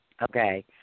Okay